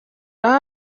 aho